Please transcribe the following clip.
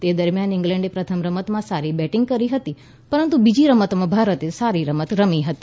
તે દરમિયાન ઇંગ્લેન્ડે પ્રથમ રમતમાં સારી બેટિંગ કરી હતી પરંતુ બીજી રમતમાં ભારતે સારી રમત રમી હતી